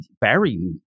Barry